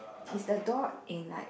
is the door in like